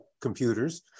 computers